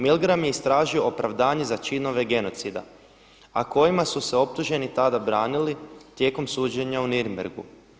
Milgram je istražio opravdanje za činove genocida, a kojima su se optuženi tada branili tijekom suđenja u Nürnbergu.